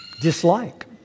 dislike